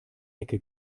ecke